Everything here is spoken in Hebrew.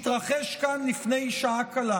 בעיניי, שהתרחש כאן לפני שעה קלה,